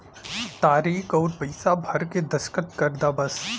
तारीक अउर पइसा भर के दस्खत कर दा बस